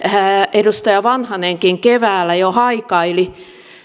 edustaja vanhanenkin keväällä jo haikaili